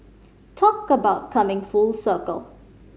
talk about coming full circle